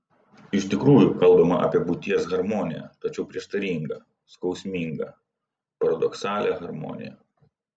iš tikrųjų kalbama apie būties harmoniją tačiau prieštaringą skausmingą paradoksalią harmoniją